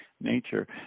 nature